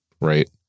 right